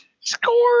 Score